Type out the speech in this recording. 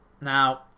Now